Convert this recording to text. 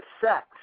sex